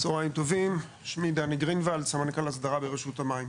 צהריים טובים, אני סמנכ"ל אסדרה ברשות המים.